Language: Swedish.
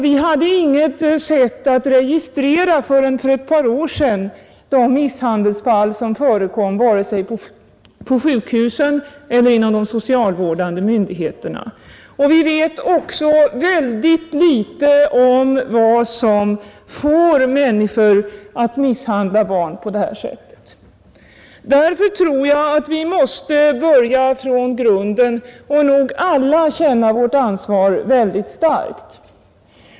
Vi hade till för ett par år sedan inget sätt att registrera de misshandelsfall som förekom, vare sig på sjukhusen eller inom de socialvårdande myndigheterna. Vi vet också väldigt litet om vad som får människor att misshandla barn på det här sättet. Därför tror jag att vi måste börja från grunden och alla starkt känna vårt ansvar.